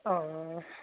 औ